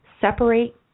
separate